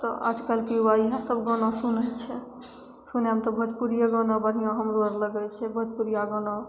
तऽ आइकाल्हिके युवा इहए सभ गाना सुनै छै सुनैमे तऽ भोजपुरिये गाना बढ़िआँ हमरो आर लगै छै भोजपुरिया गाना